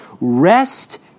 rest